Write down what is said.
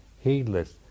heedless